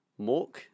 Mork